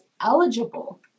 eligible